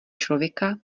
člověka